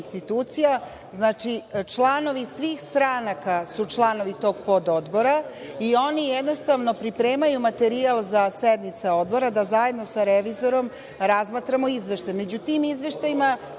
institucija. Znači, članovi svih stranaka su članovi tog pododbora i oni jednostavno pripremaju materijal za sednice odbora, da zajedno sa revizorom razmatramo izveštaj. Među tim izveštajima